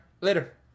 later